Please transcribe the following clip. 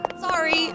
Sorry